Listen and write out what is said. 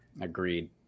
Agreed